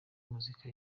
muzika